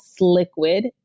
Sliquid